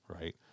right